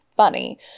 funny